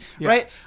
right